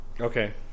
Okay